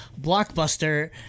Blockbuster